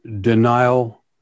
denial